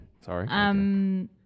Sorry